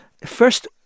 first